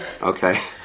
Okay